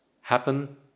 happen